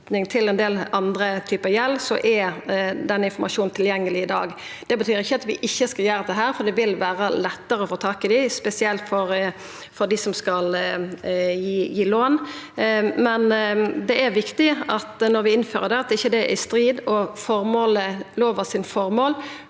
for ein del andre typar gjeld, er denne informasjon tilgjengeleg i dag. Det betyr ikkje at vi ikkje skal gjera dette, for det vil vera lettare å få tak informasjon, spesielt for dei som skal gi lån. Men det er viktig når vi innfører det, at det ikkje er i strid. Og føremålet